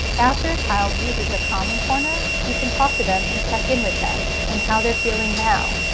after a child uses a calming corner you can talk to them and check in with them and how they're feeling now.